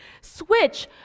Switch